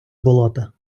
болота